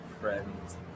friends